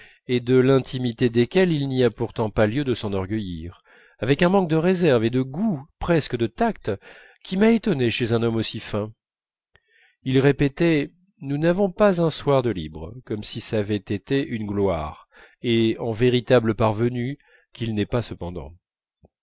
et de l'intimité desquels il n'y a pourtant pas lieu de s'enorgueillir avec un manque de réserve et de goût presque de tact qui m'a étonné chez un homme aussi fin il répétait nous n'avons pas un soir de libre comme si ç'avait été une gloire et en véritable parvenu qu'il n'est pas cependant